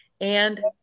And-